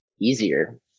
easier